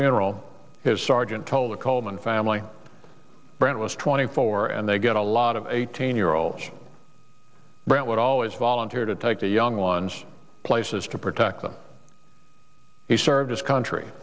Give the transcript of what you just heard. funeral his sergeant told the coleman family brant was twenty four and they get a lot of eighteen year olds brant would always volunteer to take the young ones places to protect them he served his country